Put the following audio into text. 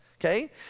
okay